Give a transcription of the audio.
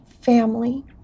family